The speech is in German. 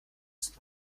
ist